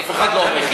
אף אחד לא אומר